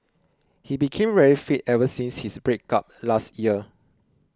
he became very fit ever since his break up last year